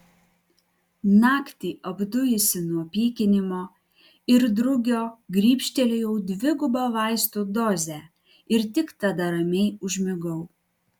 naktį apdujusi nuo pykinimo ir drugio grybštelėjau dvigubą vaistų dozę ir tik tada ramiai užmigau